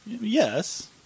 Yes